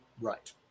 Right